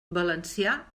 valencià